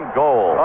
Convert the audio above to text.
goal